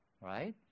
Right